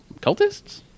Cultists